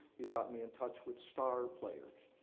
he has gotten me in touch with star players,